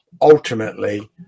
ultimately